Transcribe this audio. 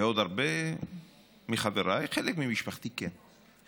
בעוד הרבה מחבריי, חלק ממשפחתי, כן.